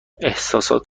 احساسات